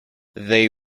they